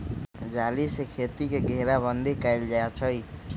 जाली से खेती के घेराबन्दी कएल जाइ छइ